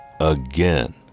again